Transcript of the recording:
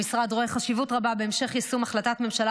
המשרד רואה חשיבות רבה בהמשך יישום החלטת ממשלה